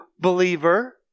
believer